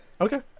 Okay